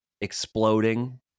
exploding